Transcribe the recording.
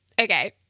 Okay